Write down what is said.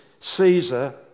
Caesar